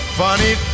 funny